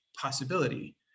possibility